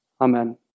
Amen